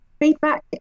Feedback